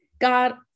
God